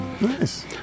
Nice